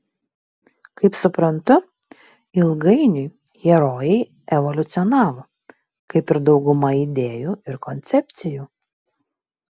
kaip suprantu ilgainiui herojai evoliucionavo kaip ir dauguma idėjų ir koncepcijų